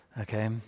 Okay